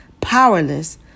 powerless